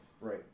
Right